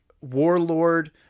warlord